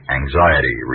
anxiety